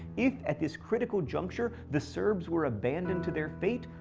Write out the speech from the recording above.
if at this critical juncture, the serbs were abandoned to their fate,